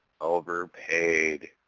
overpaid